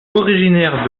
originaire